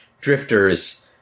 drifters